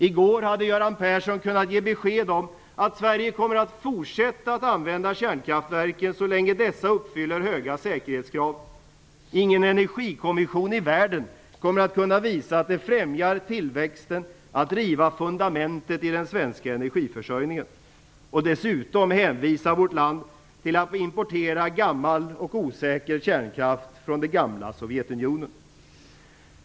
I går hade Göran Persson kunnat ge besked om att Sverige kommer att fortsätta att använda kärnkraftverken så länge dessa uppfyller höga säkerhetskrav. Ingen energikommission i världen kommer att kunna visa att det främjar tillväxten att riva fundamentet i den svenska energiförsörjningen och att dessutom hänvisa vårt land till att importera gammal och osäker kärnkraft från det gamla Sovjetunionen.